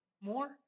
more